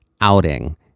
outing